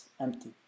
empty